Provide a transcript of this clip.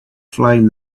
flame